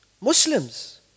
Muslims